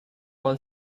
all